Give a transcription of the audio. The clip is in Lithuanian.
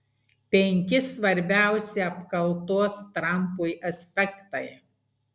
penki svarbiausi apkaltos trampui aspektai